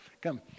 Come